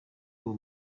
uwo